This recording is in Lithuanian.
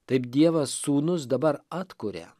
taip dievas sūnus dabar atkuria